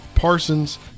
Parsons